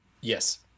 Yes